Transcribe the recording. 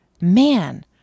Man